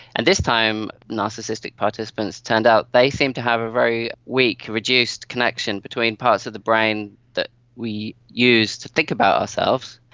and this time narcissistic participants, it turned out they seemed to have a very weak, reduced connection between parts of the brain that we use to think about ourselves,